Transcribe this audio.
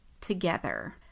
together